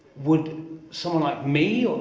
would someone like me,